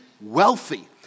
wealthy